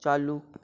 चालू